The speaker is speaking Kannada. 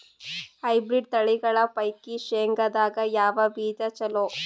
ಹೈಬ್ರಿಡ್ ತಳಿಗಳ ಪೈಕಿ ಶೇಂಗದಾಗ ಯಾವ ಬೀಜ ಚಲೋ?